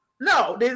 No